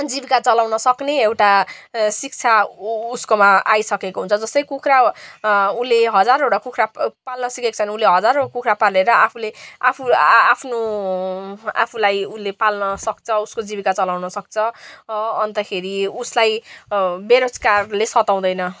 जीविका चलाउन सक्ने एउटा शिक्षा उसकोमा आइसकेको हुन्छ जस्तै कुखुरा उसले हजारवटा कुखुरा पाल्न सिकेको छ भने उसले हजारवटा कुखुरा पालेर आफूले आफ्नो आफू आफूलाई उसले पाल्न सक्छ उसको जीविका चलाउन सक्छ अन्तखेरि उसलाई बेरोजगारले सताउँदैन